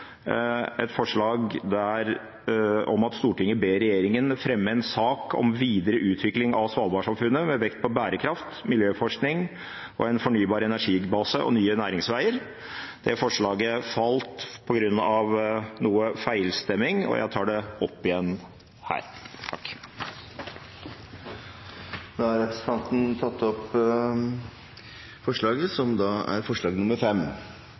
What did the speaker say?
et forslag som lyder: «Stortinget ber regjeringen legge frem en sak om videre utvikling av Svalbard-samfunnet, med vekt på bærekraft, miljøforskning, en fornybar energibase og nye næringsveier.» Det forslaget falt på grunn av feilstemming, og jeg tar det opp igjen nå. Representanten Rasmus Hansson har tatt opp det forslaget